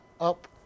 up